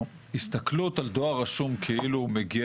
ההסתכלות על דואר רשום כאילו הוא מגיע